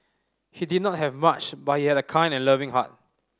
he did not have much but he had a kind and loving heart